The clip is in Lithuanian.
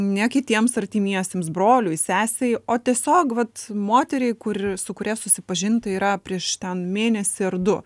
ne kitiems artimiesiems broliui sesei o tiesiog vat moteriai kur su kuria susipažinta yra prieš ten mėnesį ar du